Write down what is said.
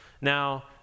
Now